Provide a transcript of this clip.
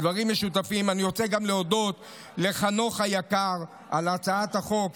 אני רוצה גם להודות לחנוך היקר על הצעת החוק.